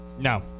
No